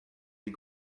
des